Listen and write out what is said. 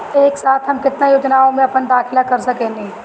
एक साथ हम केतना योजनाओ में अपना दाखिला कर सकेनी?